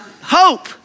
Hope